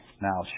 Now